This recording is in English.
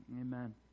amen